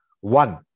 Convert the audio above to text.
One